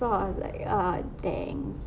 so I was like uh dangs